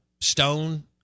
stone